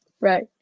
Right